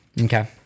Okay